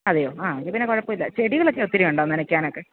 അതെയോ ആ എങ്കിൽ പിന്നെ കുഴപ്പം ഇല്ല ചെടികളൊക്കെ ഒത്തിരി ഉണ്ടോ നനയ്ക്കാനൊക്കെ